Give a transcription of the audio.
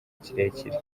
kirekire